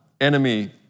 enemy